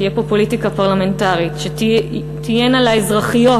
תהיה פה פוליטיקה פרלמנטרית שתהיה לאזרחיות